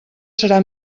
serà